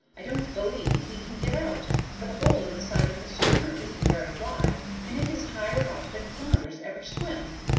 i don't believe he can get out, for the hole in the side of the schooner isn't very wide, and it is higher up than flounders ever swim.